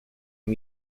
and